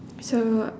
so